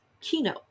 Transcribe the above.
keynote